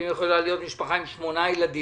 יכולה להיות משפחה של שמונה ילדים